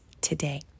today